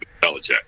belichick